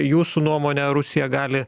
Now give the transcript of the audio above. jūsų nuomone rusija gali